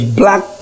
black